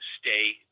stay